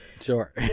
Sure